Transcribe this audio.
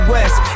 West